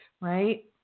right